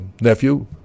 nephew